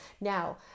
Now